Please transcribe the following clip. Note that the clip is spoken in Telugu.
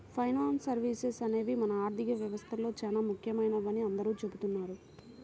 ఫైనాన్స్ సర్వీసెస్ అనేవి మన ఆర్థిక వ్యవస్థలో చానా ముఖ్యమైనవని అందరూ చెబుతున్నారు